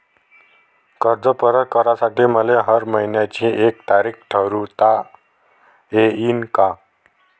कर्ज परत करासाठी मले हर मइन्याची एक तारीख ठरुता येईन का?